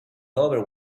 over